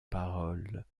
parole